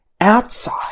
outside